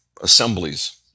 assemblies